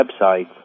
websites